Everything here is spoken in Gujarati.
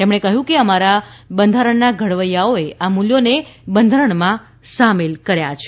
તેમણે કહ્યું કે અમારા બંધારણના ઘડવૈયાઓએ આ મૂલ્યોને બંધારણમાં સામેલ કર્યા છે